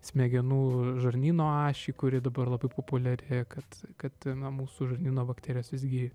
smegenų žarnyno ašį kuri dabar labai populiarėja kad kad mūsų žarnyno bakterijos visgi